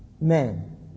Men